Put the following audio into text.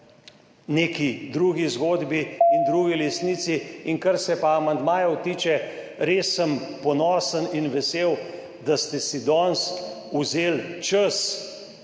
neki drugi zgodbi in drugi resnici. Kar se pa amandmajev tiče, res sem ponosen in vesel, da ste si danes vzeli čas